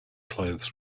clothes